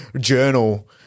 journal